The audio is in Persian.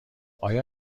آیا